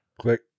Click